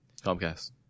Comcast